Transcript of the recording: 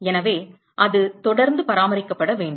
எனவே அது தொடர்ந்து பராமரிக்கப்பட வேண்டும்